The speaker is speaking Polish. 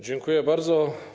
Dziękuję bardzo.